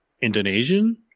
Indonesian